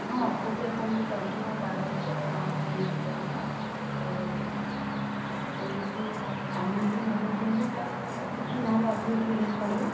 ହଁ ଓପୋ ବି ଆପଣଙ୍କୁ ପଡ଼ିଯିବ ବାରହଜାର ନଅଶହ ଅନେଶତ ଟଙ୍କା ଆଉ ଆପଣ ଯଦି ଫାଇନାନ୍ସରେ ନେବା ପାଇଁ ଚାହିଁବେ ତାହେଲେ କିଛିଟା ହେଲେ ଅଧିକ ଟିକେ ରେଟ୍ ପଡ଼ିବ